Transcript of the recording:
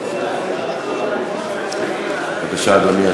בבקשה, אדוני.